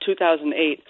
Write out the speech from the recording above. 2008